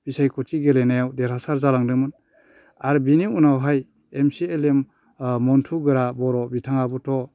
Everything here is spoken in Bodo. बिसायख'थि गेलेनायाव देरहासार जालांदोंमोन आरो बेनि उनावहाय M C L A Mantu Gora Boro बिथाङाबोथ'